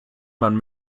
man